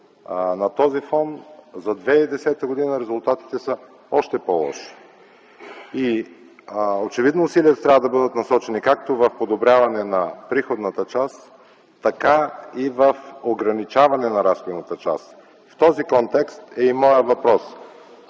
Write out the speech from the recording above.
На този фон за 2010 г. резултатите са още по-лоши. Очевидно усилията трябва да бъдат насочени както в подобряване на приходната част, така и в ограничаване на разходната част. В този контекст е и моят въпрос: